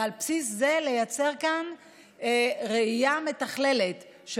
ועל בסיס זה לייצר כאן ראייה מתכללת של